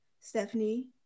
Stephanie